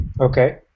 Okay